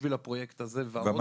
בשביל הפרויקט הזה ועוד.